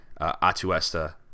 Atuesta